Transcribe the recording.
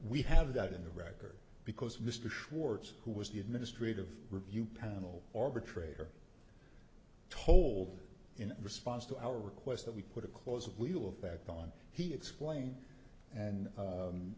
we have that in the record because mr schwartz who was the administrative review panel arbitrator told in response to our request that we put a cause we'll effect on he explained and